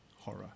Horror